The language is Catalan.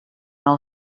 nou